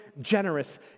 generous